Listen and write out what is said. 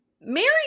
Mary